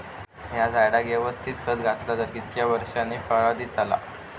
हया झाडाक यवस्तित खत घातला तर कितक्या वरसांनी फळा दीताला?